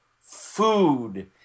food